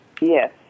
Yes